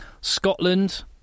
Scotland